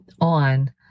on